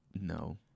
No